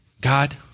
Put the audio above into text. God